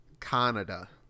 Canada